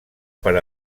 per